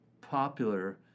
popular